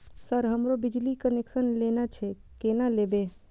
Sir हमरो बिजली connection लेना छे केना लेबे?